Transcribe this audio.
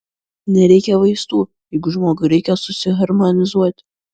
nereikia vaistų jeigu žmogui reikia susiharmonizuoti